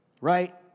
right